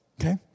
Okay